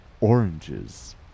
oranges